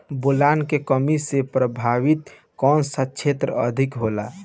Boron के कमी से प्रभावित कौन सा क्षेत्र अधिक होला?